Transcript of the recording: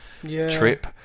trip